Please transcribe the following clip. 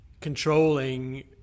controlling